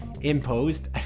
imposed